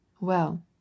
Well